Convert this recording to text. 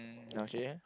okay